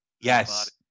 Yes